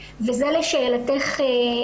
וזה לשאלתך,